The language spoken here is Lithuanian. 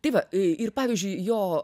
tai va ir pavyzdžiui jo